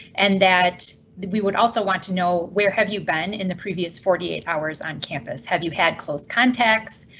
and that that we would also want to know where have you been in the previous forty eight hours on campus? have you had close contacts?